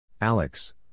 Alex